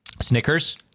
Snickers